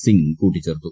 സിംഗ് കൂട്ടിച്ചേർത്തു